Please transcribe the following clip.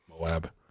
Moab